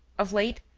of late,